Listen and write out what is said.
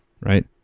right